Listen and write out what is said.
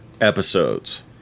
Episodes